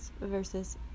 versus